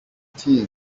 team